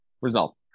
Results